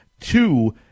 two